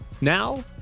now